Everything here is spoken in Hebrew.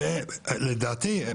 לדעתי,